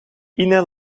ine